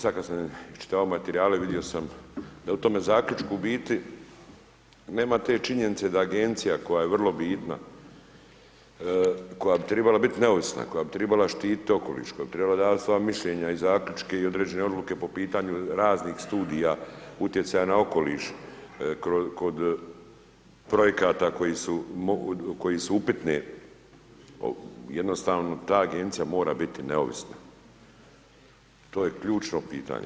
Sad kad sam iščitavao materijale, vidio sam da u tome Zaključku u biti nema te činjenice da Agencija koja je vrlo bitna, koja bi tribala biti neovisna, koja bi tribila štiti okoliš, koja bi trebala davati svoja mišljenja i zaključke i određene odluke po pitanju raznih studija utjecaja na okoliš kod projekata koji su upitni, jednostavno ta Agencija mora biti neovisna, to je ključno pitanje.